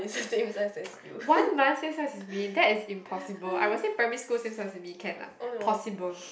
one month same sex as me that is impossible I will say primary school same sex as me can lah possible